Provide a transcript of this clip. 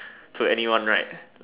to anyone right